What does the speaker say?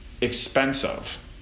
expensive